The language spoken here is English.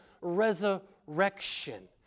resurrection